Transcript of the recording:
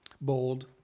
bold